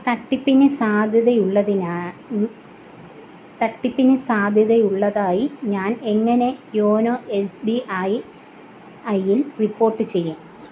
തട്ടിപ്പിന് സാധ്യതയുള്ളതിനായി തട്ടിപ്പിന് സാധ്യതയുള്ളതായി ഞാൻ എങ്ങനെ YONO S B I I യിൽ റിപ്പോർട്ട് ചെയ്യും